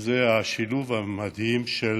וזה השילוב המדהים של